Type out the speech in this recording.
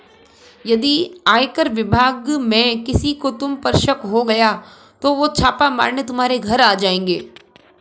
यदि आयकर विभाग में किसी को तुम पर शक हो गया तो वो छापा मारने तुम्हारे घर आ जाएंगे